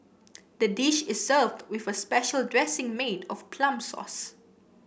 the dish is served with a special dressing made of plum sauce